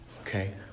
okay